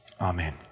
Amen